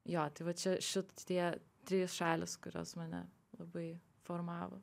jo tai va čia šitie trys šalys kurios mane labai formavo